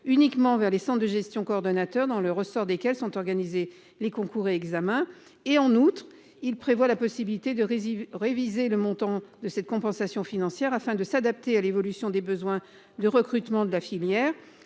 uniquement vers les 100 de gestion coordonnateur dans le ressort desquelles sont organisés les concours et examens et en août. Il prévoit la possibilité de résilier réviser le montant de cette compensation financière afin de s'adapter à l'évolution des besoins de recrutement de la filière,